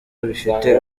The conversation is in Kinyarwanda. bifite